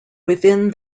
within